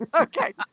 Okay